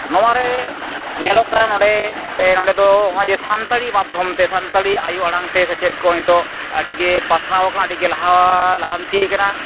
ᱱᱚᱣᱟᱨᱮ ᱧᱮᱞᱚᱜ ᱠᱟᱱᱟ ᱱᱚᱸᱰᱮ ᱱᱚᱸᱰᱮᱫᱚ ᱱᱚᱜᱼᱚᱭ ᱡᱮ ᱥᱟᱱᱛᱟᱲᱤ ᱢᱟᱫᱽᱫᱷᱚᱢᱛᱮ ᱥᱟᱱᱛᱟᱲᱤ ᱟᱹᱭᱩ ᱟᱲᱟᱝᱛᱮ ᱥᱮᱪᱮᱫ ᱠᱚ ᱱᱤᱛᱚᱜ ᱟᱹᱰᱤᱜᱮ ᱯᱟᱥᱱᱟᱣ ᱠᱟᱱᱟ ᱟᱹᱰᱤᱜᱮ ᱞᱟᱦᱟ ᱞᱟᱦᱟᱱᱛᱤ ᱟᱠᱟᱱᱟ